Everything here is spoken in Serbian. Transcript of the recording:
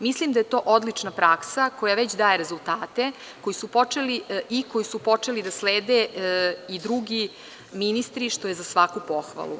Mislim da je to odlična praksa koja već daje rezultate i koji su počeli da slede i drugi ministri, što je za svaku pohvalu.